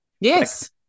Yes